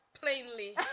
Plainly